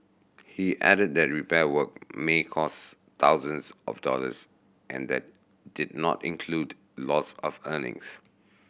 he added that repair work may cost thousands of dollars and that did not include loss of earnings